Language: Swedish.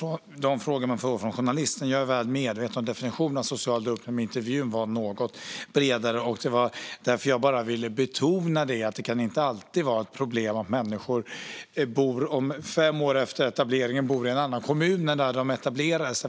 på de frågor man får från journalisten. Jag är väl medveten om definitionen av social dumpning, men den aktuella intervjun var något bredare. Därför ville jag betona att det inte alltid kan vara ett problem att människor fem år efter etableringen bor i en annan kommun än den de etablerade sig i.